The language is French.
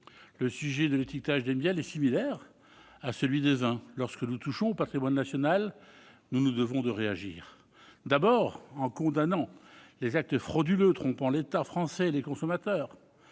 Le sujet de l'étiquetage des miels est similaire à celui des vins. Lorsque nous touchons au patrimoine national, nous nous devons de réagir, tout d'abord en condamnant les actes frauduleux trompant l'État français et les consommateurs.